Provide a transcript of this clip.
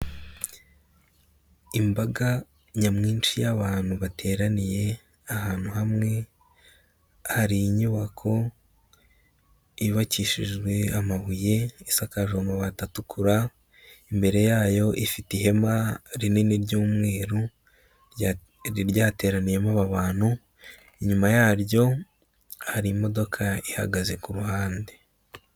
Imbaga nyamwinshi y'abantu bateraniye ahantu hamwe, hari inyubako yubakishijwe amabuye, isakajwe amabati atukura, imbere yayo ifite ihema rinini ry'umweru ryari ryateraniyemo aba bantu, inyuma yaryo hari imodoka ihagaze ku ruhande.